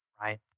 right